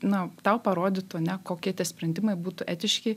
na tau parodytų ane kokie tie sprendimai būtų etiški